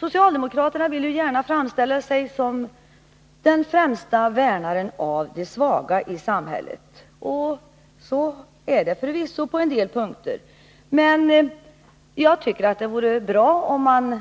Socialdemokraterna vill gärna framställa sig såsom den främsta värnaren av de svaga i samhället. Men jag tycker det vore bra om man